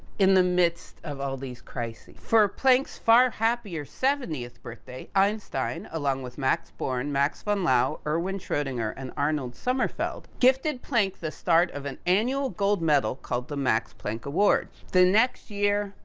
in the midst of all these crisis. for planck's far happier seventieth birthday, einstein, along with max born, max von laue, erwin schrodinger, and arnold sommerfeld, gifted planck the start of an annual gold medal, called the max planck award. the next year,